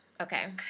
Okay